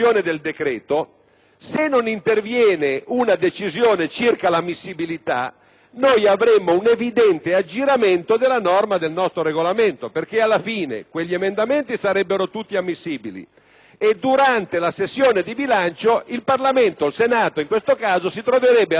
se non intervenisse una decisione circa l'ammissibilità, avremmo un evidente aggiramento della norma del nostro Regolamento. Infatti, alla fine, quegli emendamenti sarebbero tutti ammissibili e durante la sessione del bilancio il Parlamento, il Senato in questo caso, si troverebbe ad approvare